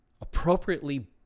appropriately